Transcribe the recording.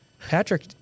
Patrick